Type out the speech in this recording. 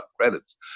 credits